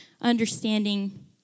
understanding